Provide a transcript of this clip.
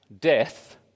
death